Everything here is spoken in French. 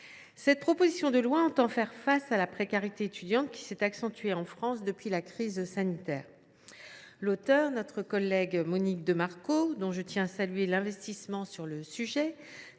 cette proposition de loi entend faire face à la précarité étudiante qui s’est accentuée en France depuis la crise sanitaire. Son auteure, notre collègue Monique de Marco – je tiens à saluer son investissement sur ce sujet